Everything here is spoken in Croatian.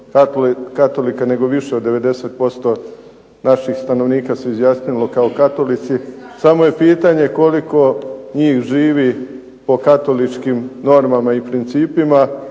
katolika nego više od 90% naših stanovnika se izjasnilo kao katolici. Samo je pitanje koliko njih živi po katoličkim normama i principima,